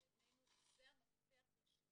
כי בעינינו זה המפתח לשינוי.